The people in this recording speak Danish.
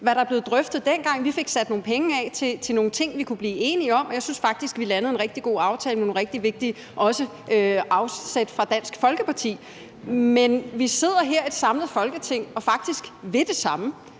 hvad der er blevet drøftet dengang. Vi fik sat nogle penge af til nogle ting, vi kunne blive enige om, og jeg synes faktisk, at vi landede en rigtig god aftale med nogle rigtig vigtige aftryk, også fra Dansk Folkeparti. Men vi sidder her som et samlet Folketing og vil faktisk det samme.